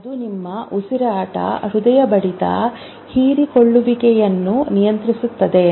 ಅವು ನಿಮ್ಮ ಉಸಿರಾಟ ಹೃದಯ ಬಡಿತ ಹೀರಿಕೊಳ್ಳುವಿಕೆಯನ್ನು ನಿಯಂತ್ರಿಸುತ್ತವೆ